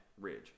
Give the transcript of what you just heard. Ridge